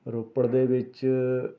ਰੋਪੜ ਦੇ ਵਿੱਚ